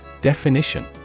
Definition